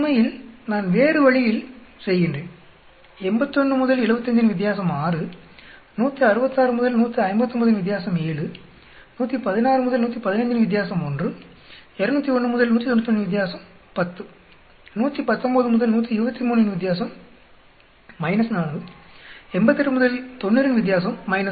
உண்மையில் நான் வேறு வழியில் செய்கிறேன் 81 75 ன் வித்தியாசம் 6 166 159 ன் வித்தியாசம் 7 116 115 ன் வித்தியாசம் 1 201 191 ன் வித்தியாசம் 10 119 123 ன் வித்தியாசம் 4 88 90 ன் வித்தியாசம் 2